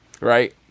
Right